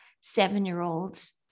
seven-year-olds